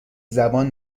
زبان